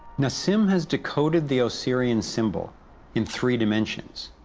nassim has decoded the osirian symbol in three dimensions.